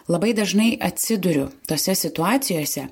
labai dažnai atsiduriu tose situacijose